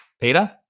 peter